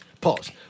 Pause